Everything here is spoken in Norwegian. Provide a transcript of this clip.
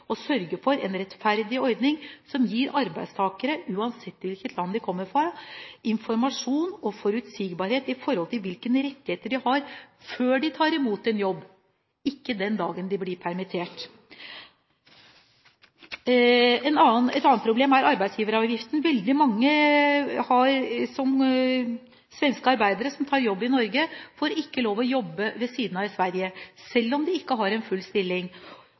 sørge for en rettferdig ordning som gir arbeidstakere – uansett hvilket land de kommer fra – informasjon og forutsigbarhet når det gjelder hvilke rettigheter de har før de tar imot en jobb, ikke den dagen de blir permittert. Et annet problem er arbeidsgiveravgiften. Svenske arbeidere som tar jobb i Norge, får ikke lov til å jobbe ved siden av i Sverige, selv om de ikke har en full stilling.